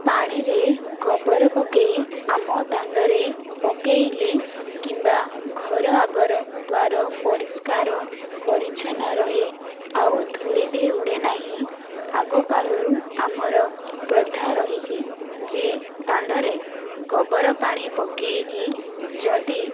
ପାଣିରେ ଗୋବର ପକାଇ ଆମ ଦାଣ୍ଡରେ ପକାଇଲେ କିମ୍ବା ଘର ଆଗର ଦ୍ୱାର ପରିଷ୍କାର ପରିଚ୍ଛନ୍ନ ରହେ ଆଉ ଧୂଳି ବି ଉଡ଼େ ନାହିଁ ଆଗ କାଳରୁ ଆମର ପ୍ରଥା ରହିଛି ଯେ ଦାଣ୍ଡରେ ଗୋବର ପାଣି ପକାଇକି ଯଦି